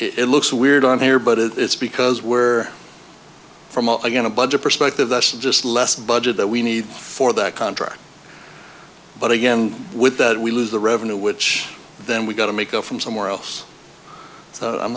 it looks weird on here but it's because we're from again a budget perspective that's just less budget that we need for that contract but again with that we lose the revenue which then we've got to make up from somewhere else